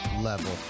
level